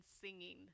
singing